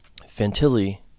Fantilli